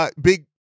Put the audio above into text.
big